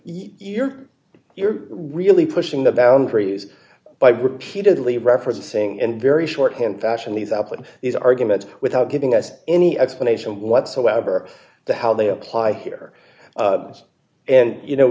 you're you're really pushing the boundaries by repeatedly referencing in very short hand fashion these up and these arguments without giving us any explanation whatsoever to how they apply here and you know